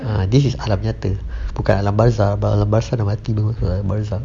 ah this is alam nyata bukan alam barzakh alam barzakh nak mati baru masuk ah barzakh